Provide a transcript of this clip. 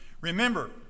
Remember